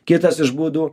kitas iš būdų